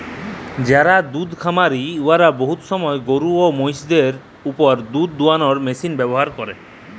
যারা দুহুদ খামারি উয়ারা বহুত সময় গরু এবং মহিষদের উপর দুহুদ দুয়ালোর মেশিল ব্যাভার ক্যরে